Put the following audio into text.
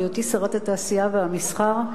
בהיותי שרת התעשייה והמסחר,